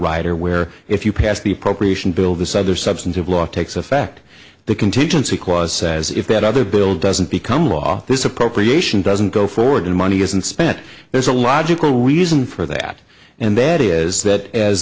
rider where if you pass the appropriation bill this other substantive law takes effect the contingency cause says if that other bill doesn't become law this appropriation doesn't go forward and money isn't spent there's a logical reason for that and that is that as